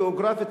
גיאוגרפית,